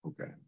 Okay